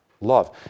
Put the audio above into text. love